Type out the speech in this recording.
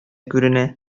күренә